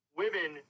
women